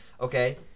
okay